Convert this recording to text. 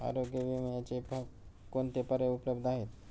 आरोग्य विम्याचे कोणते पर्याय उपलब्ध आहेत?